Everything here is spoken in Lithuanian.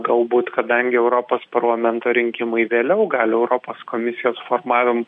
galbūt kadangi europos parlamento rinkimai vėliau gali europos komisijos formavim